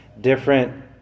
different